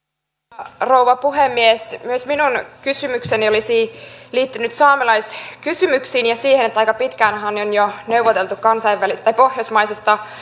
arvoisa rouva puhemies myös minun kysymykseni olisi liittynyt saamelaiskysymyksiin ja siihen että aika pitkäänhän on jo neuvoteltu pohjoismaisesta